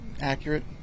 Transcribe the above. accurate